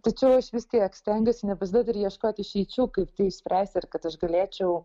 tačiau aš vis tiek stengiuosi nepasiduot ir ieškot išeičių kaip tai išspręst ir kad aš galėčiau